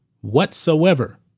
whatsoever